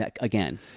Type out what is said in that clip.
again